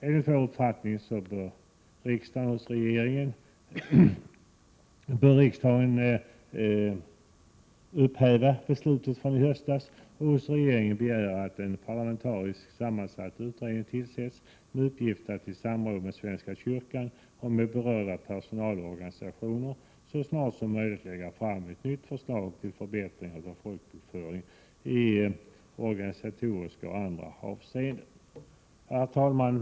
Enligt vår uppfattning bör riksdagen upphäva beslutet från i höstas och hos regeringen begära att en parlamentariskt sammansatt utredning tillsätts med uppgift att i samråd med svenska kyrkan och berörda personalorganisationer så snart som möjligt lägga fram ett nytt förslag till förbättringar av folkbokföringen i organisatoriska och andra avseenden. Herr talman!